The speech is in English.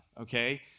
okay